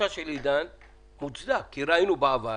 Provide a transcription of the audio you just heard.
עידן מוצדק, כי ראינו בעבר